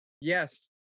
yes